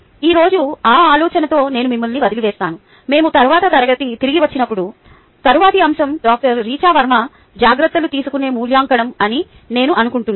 ఈ రోజు ఆ ఆలోచనతో నేను మిమ్మల్ని వదిలివేస్తాను మేము తరువాత తిరిగి వచ్చినప్పుడు తరువాతి అంశం డాక్టర్ రిచా వర్మ జాగ్రత్తలు తీసుకునే మూల్యాంకనం అని నేను అనుకుంటున్నాను